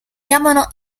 chiamano